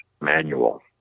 manual